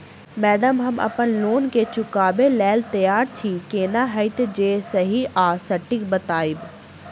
Madam हम अप्पन loan केँ चुकाबऽ लैल तैयार छी केना हएत जे सही आ सटिक बताइब?